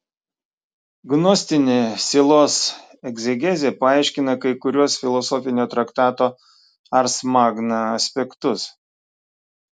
gnostinė sielos egzegezė paaiškina kai kuriuos filosofinio traktato ars magna aspektus